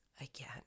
again